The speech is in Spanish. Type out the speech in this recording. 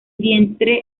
vientre